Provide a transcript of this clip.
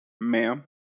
Ma'am